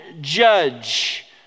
judge